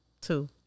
two